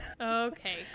okay